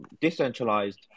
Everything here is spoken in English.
decentralized